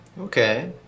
Okay